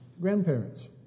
grandparents